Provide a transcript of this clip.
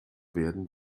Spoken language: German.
werden